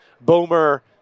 Boomer